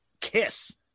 Kiss